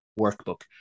workbook